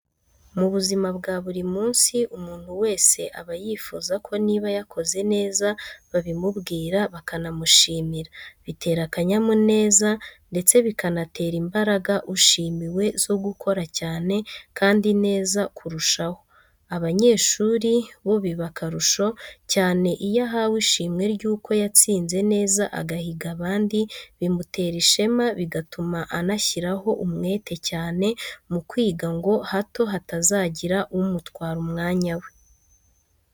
Mu buzima bwa buri munsi, umuntu wese aba yifuza ko niba yakoze neza babimubwira bakanamushimira bitera akanyamuneza ndetse bikanatera imbaraga ushimiwe zo gukora cyane kandi neza kurusha ho. Abanyeshuri bo biba akarusho cyane iyo ahawe ishimwe ry'uko yatsinze neza agahiga abandi bimutera ishema bigatuma anashyiraho umwete cyane mu kwiga ngo hato hatazagira umutwara umwanya we.